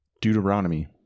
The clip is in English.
Deuteronomy